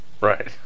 right